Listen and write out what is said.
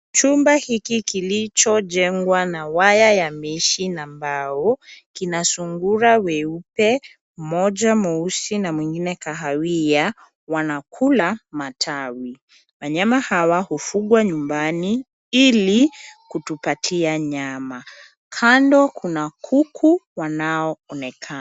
Chumba hiki kilichojengwa na waya ya mesh na mbao kina sungura weupe, mmoja mweusi na mwingine kahawia wanakula matawi. Wanyama hawa hufugwa nyumbani ili kutupatia nyama. Kando kuna kuku wanaonekana.